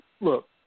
look